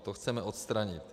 To chceme odstranit.